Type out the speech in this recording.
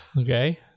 okay